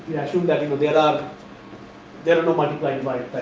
yeah assume that you know there are there are no multiplied by